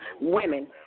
women